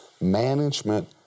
management